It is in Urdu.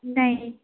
نہیں